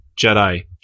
Jedi